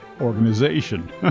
organization